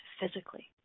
physically